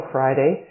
Friday